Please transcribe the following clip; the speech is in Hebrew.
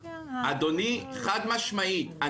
אדוני, חד משמעית.